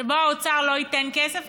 שבו האוצר לא ייתן כסף.